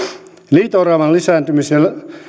liito oravan lisääntymis ja